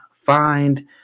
find